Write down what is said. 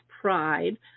Pride